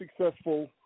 successful